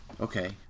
okay